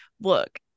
look